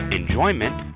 enjoyment